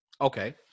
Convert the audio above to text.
Okay